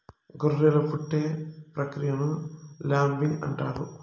గొర్రెలు పుట్టే ప్రక్రియను ల్యాంబింగ్ అంటారు